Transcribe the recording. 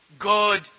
God